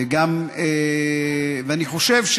ואני חושב,